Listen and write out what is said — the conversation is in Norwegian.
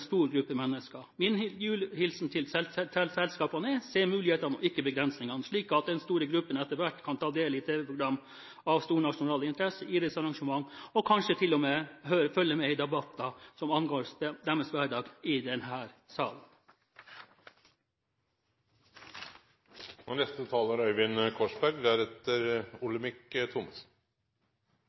stor gruppe mennesker. Min julehilsen til selskapene er: Se mulighetene og ikke begrensningene, slik at denne store gruppen etter hvert kan ta del i tv-programmer av stor nasjonal interesse, f.eks. idrettsarrangementer, og kanskje til og med kan følge med i debatter i denne salen som angår deres hverdag.